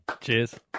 Cheers